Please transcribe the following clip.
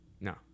No